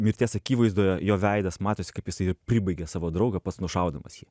mirties akivaizdoje jo veidas matosi kaip jisai ir pribaigia savo draugą pats nušaudamas jį